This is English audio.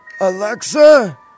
Alexa